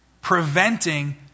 preventing